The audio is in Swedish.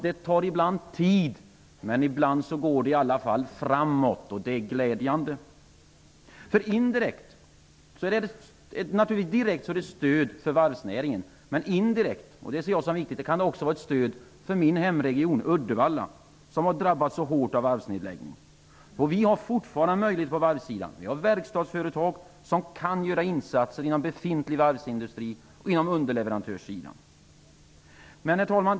Det tar tid, men ibland går det i alla fall framåt. Det är glädjande. Detta är naturligtvis ett direkt stöd till varvsnäringen, men indirekt kan det också vara ett stöd till min hemregion Uddevalla. Det är viktigt. Uddevalla har drabbats hårt av varvsnedläggningen, men det finns fortfarande möjligheter på varvssidan. Det finns verkstadsföretag som kan göra insatser inom den befintliga varvsindustrin och på underleverantörssidan. Herr talman!